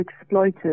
exploited